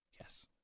yes